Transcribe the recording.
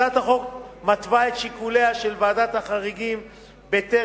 הצעת החוק מתווה את שיקוליה של ועדת החריגים בטרם